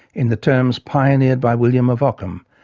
in the terms pioneered by william of ockham,